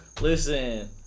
listen